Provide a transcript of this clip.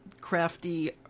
crafty